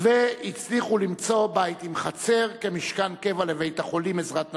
והצליחו למצוא בית עם חצר כמשכן קבע לבית-החולים "עזרת נשים",